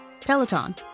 Peloton